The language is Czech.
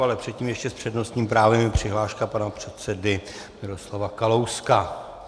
Ale předtím ještě s přednostním právem je přihláška pana předsedy Miroslava Kalouska.